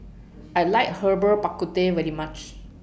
I like Herbal Bak Ku Teh very much